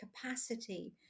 capacity